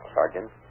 Sergeant